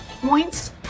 points